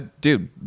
dude